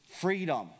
freedom